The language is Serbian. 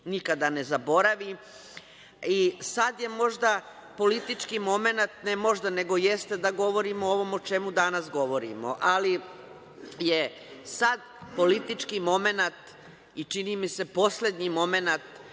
nikada ne zaboravi. Sada je možda politički momenat, ne možda, nego jeste, da govorimo o ovome o čemu danas govorimo, ali je sada politički momenat i čini mi se poslednji momenat